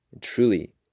Truly